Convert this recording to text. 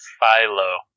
Philo